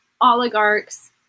oligarchs